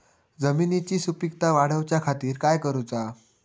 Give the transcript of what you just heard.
जमिनीची सुपीकता वाढवच्या खातीर काय करूचा?